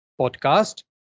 podcast